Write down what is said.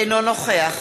אינו נוכח